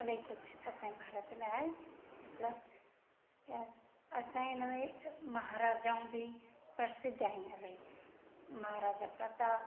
इलाहीं कुझु असांजे भारत में आहे ऐं प्लस असां इनमें महाराजाऊं बि प्रसिद्ध आहिनि इलाहीं महाराजा प्रताप